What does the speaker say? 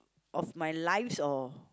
of my lives or